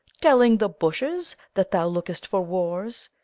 telling the bushes that thou look'st for wars,